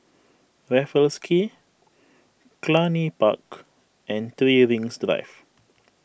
Raffles Quay Cluny Park and three Rings Drive